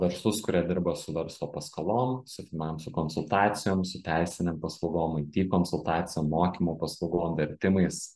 verslus kurie dirba su verslo paskolom su finansų konsultacijom su teisinėm paslaugom it konsultacijom mokymų paslaugom vertimais